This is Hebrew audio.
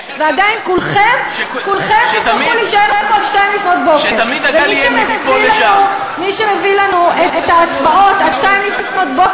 ועדיין כולכם תצטרכו להישאר פה עד 02:00. מי שמביא לנו את ההצבעות עד 02:00,